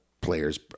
players